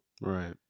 right